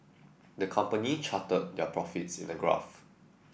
the company charted their profits in a graph